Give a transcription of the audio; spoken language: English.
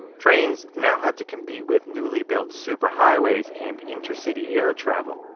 trains now had to compete with newly built superhighways and intercity air travel.